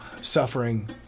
suffering